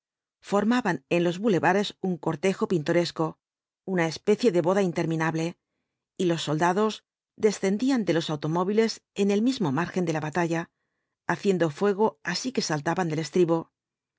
formaban en los bulevares un cortejo pintoresco una especie de boda interminable y los soldados descendían de los automóviles en el mismo margen de la batalla haciendo fuego así que saltaban del estribo